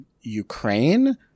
Ukraine